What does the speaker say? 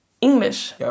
English